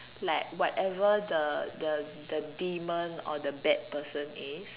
like whatever the the the demon or the bad person is